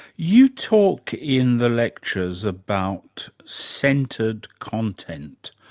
you talk in the lectures about centred content.